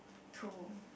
to